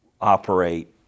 operate